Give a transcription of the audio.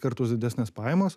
kartus didesnės pajamos